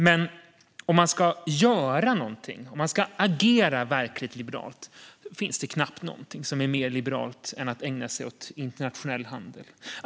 Men om man ska göra någonting, om man ska agera verkligt liberalt, finns det knappt någonting som är mer liberalt än att ägna sig åt internationell handel.